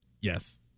Yes